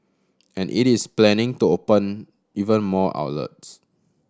and it is planning to open even more outlets